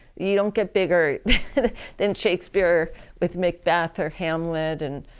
you don't get bigger than shakespeare with macbeth or hamlet. and